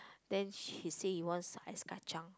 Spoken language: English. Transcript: then she say he wants Ice-Kacang